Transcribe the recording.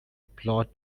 plot